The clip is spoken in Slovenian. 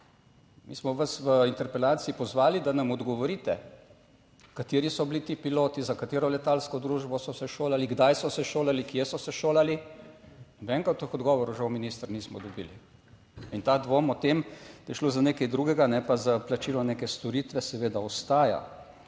Mi smo vas v interpelaciji pozvali, da nam odgovorite, kateri so bili ti piloti, za katero letalsko družbo so se šolali? Kdaj so se šolali? Kje so se šolali, nobenega od teh odgovorov žal minister nismo dobili. In ta dvom o tem, da je šlo za nekaj drugega, ne pa za plačilo neke storitve, seveda ostaja,